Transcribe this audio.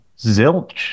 zilch